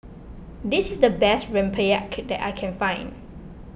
this is the best Rempeyek that I can find